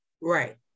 Right